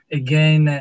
again